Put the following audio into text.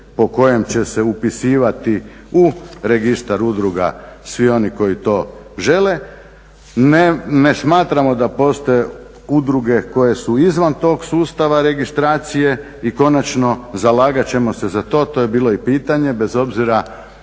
po kojem će se upisivati u registar udruga svi oni koji to žele. Ne smatramo da postoje udruge koje su izvan tog sustava registracije i konačno zalagat ćemo sa za to, to je i bilo pitanje bez obzira